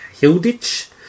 Hilditch